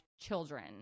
children